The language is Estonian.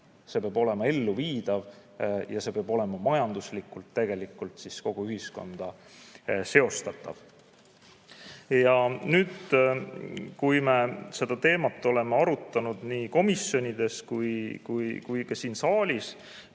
see peab olema elluviidav ja see peab olema majanduslikult kogu ühiskonnaga seostatav. Nüüd, kui me seda teemat oleme arutanud nii komisjonides kui ka siin saalis,